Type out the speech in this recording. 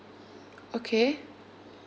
okay